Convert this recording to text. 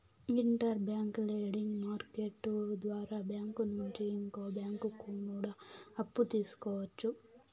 inter bank lending market ద్వారా bank నుంచి ఇంకో బ్యాంకు కూడా అప్పు తీసుకోవచ్చు